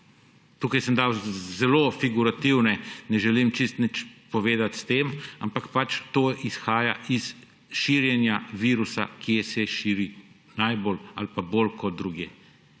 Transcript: Tukaj sem dal zelo figurativne, ne želim čisto nič povedati s tem, ampak to izhaja iz širjenja virusa, ki se širi najbolj ali pa bolj kot drugje.